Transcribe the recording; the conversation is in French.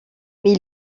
mais